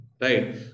Right